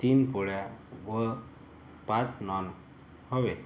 तीन पोळ्या व पाच नान हवे